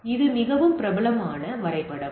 எனவே இது மிகவும் பிரபலமான வரைபடம்